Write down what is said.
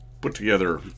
put-together